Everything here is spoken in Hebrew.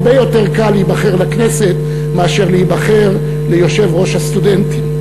הרבה יותר קל להיבחר לכנסת מאשר להיבחר ליושב-ראש התאחדות הסטודנטים.